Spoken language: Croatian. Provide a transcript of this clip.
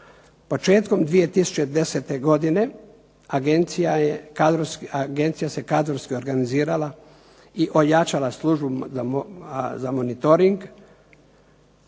Početkom 2010. godine Agencija se kadrovski organizirala i ojačala službu za monitoring,